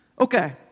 Okay